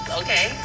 okay